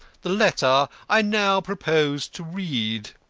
the letter i now propose to read.